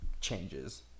changes